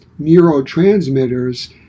neurotransmitters